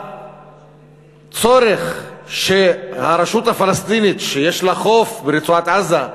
הצורך שהרשות הפלסטינית, שיש לה חוף ברצועת-עזה,